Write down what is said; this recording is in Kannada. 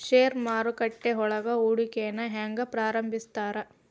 ಷೇರು ಮಾರುಕಟ್ಟೆಯೊಳಗ ಹೂಡಿಕೆನ ಹೆಂಗ ಪ್ರಾರಂಭಿಸ್ತಾರ